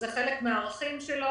וזה חלק מהערכים שלו.